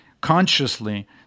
consciously